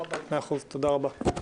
תודה רבה.